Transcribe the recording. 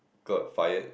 got fired